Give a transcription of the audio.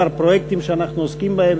כמה פרויקטים שאנחנו עוסקים בהם,